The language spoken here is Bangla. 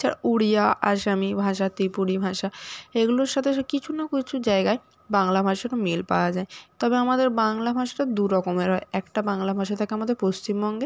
এছাড়া উড়িয়া আসামি ভাষা ত্রিপুরি ভাষা এগুলোর সাথে কিছু না কিছু জায়গায় বাংলা ভাষারও মিল পাওয়া যায় তবে আমাদের বাংলা ভাষাটা দুরকমের হয় একটা বাংলা ভাষা থাকে আমাদের পশ্চিমবঙ্গে